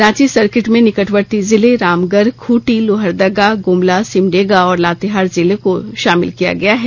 Ranchi circuit में निकटवर्ती जिले रामगढ़ खूंटी लोहरदगा गुमला सिमडेगा और लातेहार जिले को शामिल किया गया है